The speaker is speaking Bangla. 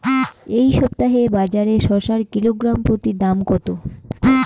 এই সপ্তাহে বাজারে শসার কিলোগ্রাম প্রতি দাম কত?